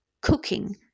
cooking